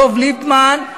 דב ליפמן,